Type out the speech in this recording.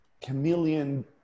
chameleon